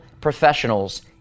professionals